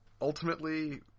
ultimately